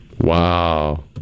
Wow